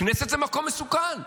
הכנסת זה מקום מסוכן.